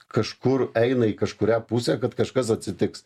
kažkur eina į kažkurią pusę kad kažkas atsitiks